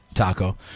Taco